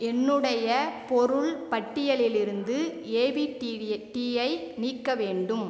என்னுடைய பொருள் பட்டியலிலிருந்து எவிடி டீயை நீக்க வேண்டும்